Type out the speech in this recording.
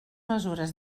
mesures